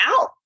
out